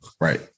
Right